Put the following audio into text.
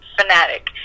fanatic